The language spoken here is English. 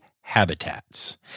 habitats